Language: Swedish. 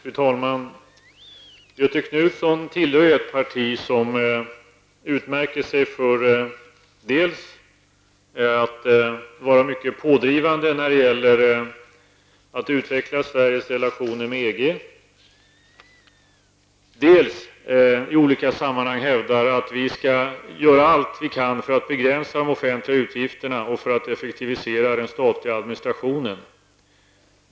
Fru talman! Göthe Knutson tillhör ett parti som utmärker sig för att vara dels mycket pådrivande när det gäller att utveckla Sveriges relationer med EG, dels i olika sammanhang hävdar, att vi skall göra allt vi kan för att begränsa de offentliga utgifterna och effektivisera den statliga administrationen.